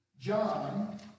John